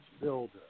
builder